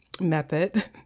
method